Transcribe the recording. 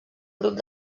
grup